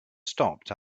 stopped